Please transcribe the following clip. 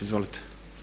Izvolite.